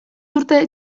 urte